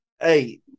hey